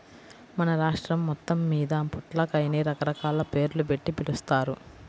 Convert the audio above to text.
మన రాష్ట్రం మొత్తమ్మీద పొట్లకాయని రకరకాల పేర్లుబెట్టి పిలుస్తారు